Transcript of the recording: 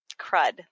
crud